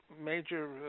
major